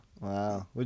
Wow